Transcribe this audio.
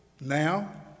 now